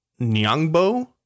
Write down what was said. Nyangbo